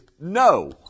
no